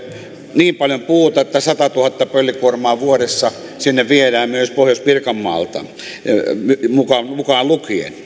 niin paljon puuta että satatuhatta pöllikuormaa vuodessa sinne viedään myös pohjois pirkanmaalta se mukaan lukien